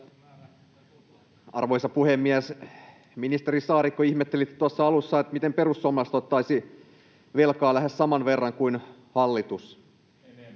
Arvoisa puhemies! Ministeri Saarikko, ihmettelitte tuossa alussa, miten perussuomalaiset ottaisivat velkaa lähes saman verran kuin hallitus.